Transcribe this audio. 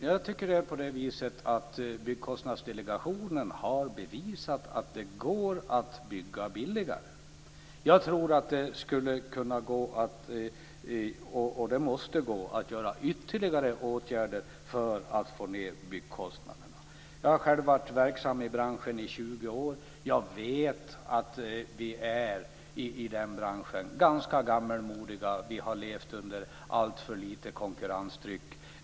Fru talman! Jag tycker att Byggkostnadsdelegationen har bevisat att det går att bygga billigare. Jag tror att det går att vidta ytterligare åtgärder för att få ned byggkostnaderna. Jag har själv varit verksam i branschen i 20 år, och jag vet att vi är ganska gammalmodiga i den branschen och att vi har levt under ett alltför dåligt konkurrenstryck.